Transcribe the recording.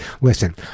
Listen